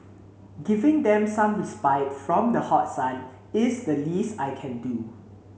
giving them some respite from the hot sun is the least I can do